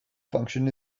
function